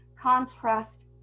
Contrast